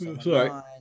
Sorry